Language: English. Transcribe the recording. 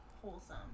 Wholesome